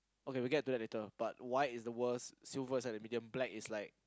okay we get to that later but white is the worst silver is like a medium black is like